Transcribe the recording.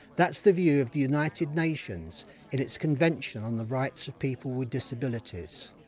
that's the view of the united nations in its convention on the rights of people with disabilities.